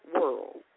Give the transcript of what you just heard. world